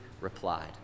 replied